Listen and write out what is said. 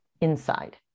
inside